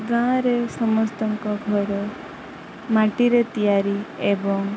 ଗାଁରେ ସମସ୍ତଙ୍କ ଘର ମାଟିରେ ତିଆରି ଏବଂ